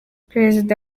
perezida